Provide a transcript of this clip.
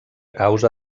causa